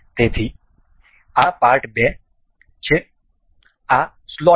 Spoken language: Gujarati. તેથી આ પાર્ટ 2 છે આ સ્લોટ છે